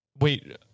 Wait